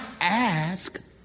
ask